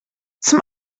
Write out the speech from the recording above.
zum